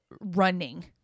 running